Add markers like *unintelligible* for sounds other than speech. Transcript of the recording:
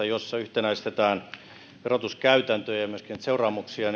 *unintelligible* jossa yhtenäistetään verotuskäytäntöjä ja myöskin seuraamuksia *unintelligible*